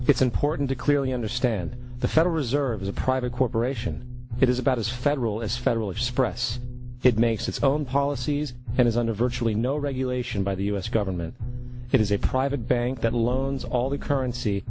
it's important to clearly understand the federal reserve is a private corporation it is about as federal as federal express it makes its own policies and is under virtually no regulation by the us government it is a private bank that loans all the currency